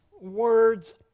words